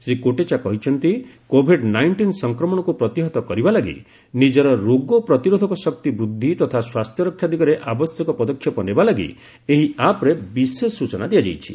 ଶ୍ରୀ କୋଟେଚା କହିଛନ୍ତି Covid nineteen ସଂକ୍ରମଣକୁ ପ୍ରତିହତ କରିବା ଲାଗି ନିଜର ରୋଗ ପ୍ରତିରୋଧକ ଶକ୍ତି ବୃଦ୍ଧି ତଥା ସ୍ୱାସ୍ଥ୍ୟରକ୍ଷା ଦିଗରେ ଆବଶ୍ୟକ ପଦକ୍ଷେପ ନେବା ଲାଗି ଏହି ଆପ୍ରେ ବିଶେଷ ସ୍ଟଚନା ଦିଆଯାଇଛି